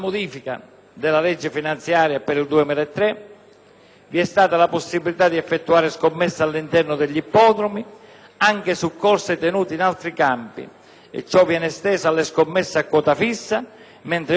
il 2003, la possibilità di effettuare scommesse all'interno degli ippodromi anche su corse tenute in altri campi viene estesa alle scommesse a quota fissa (mentre oggi ciò è consentito per le sole scommesse a totalizzatore);